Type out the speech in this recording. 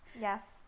Yes